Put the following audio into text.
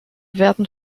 werden